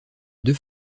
deux